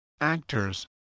actors